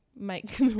Make